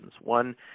One